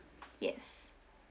yes